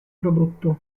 prodotto